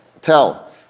tell